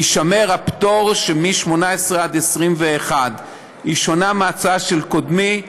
יישמר הפטור מ-18 עד 21. היא שונה מההצעה של קודמי.